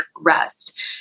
rest